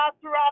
throughout